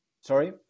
sorry